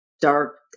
dark